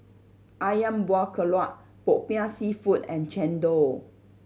Ayam Buah Keluak Popiah Seafood and chendol